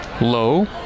low